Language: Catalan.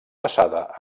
passada